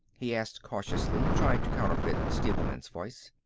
he asked cautiously, trying to counterfeit stevelman's voice.